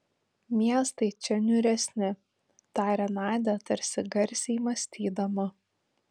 miestai čia niūresni tarė nadia tarsi garsiai mąstydama